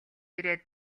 ирээд